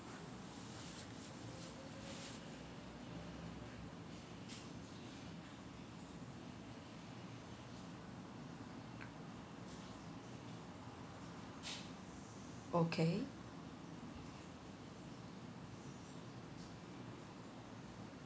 okay